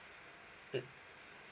mm